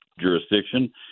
jurisdiction